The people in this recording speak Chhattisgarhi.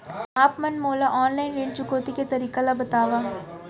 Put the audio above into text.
आप मन मोला ऑनलाइन ऋण चुकौती के तरीका ल बतावव?